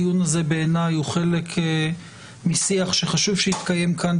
הדיון הזה בעיניי הוא חלק משיח שחשוב שיתקיים כאן,